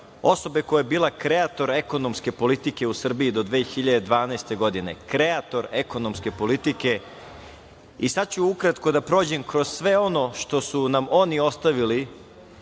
osobe koja je bila kreator ekonomske politike u Srbiji do 2012. godine, kreator ekonomske politike. Sada ću ukratko da prođem kroz sve ono što su nam oni ostavili